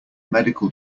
medical